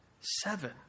seven